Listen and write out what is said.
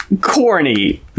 corny